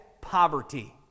poverty